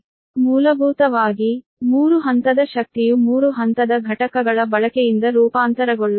ಮೂಲಭೂತವಾಗಿ ಆ 3 ಹಂತದ ಶಕ್ತಿಯು 3 ಹಂತದ ಘಟಕಗಳ ಬಳಕೆಯಿಂದ ರೂಪಾಂತರಗೊಳ್ಳುತ್ತದೆ